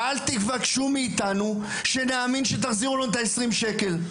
אל תבקשו מאיתנו שנאמין שתחזירו לנו את ה-20 שקל,